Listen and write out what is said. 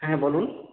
হ্যাঁ বলুন